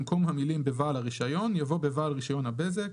במקום המילים "בבעל הרישיון" יבוא "בבעל רישיון הבזק""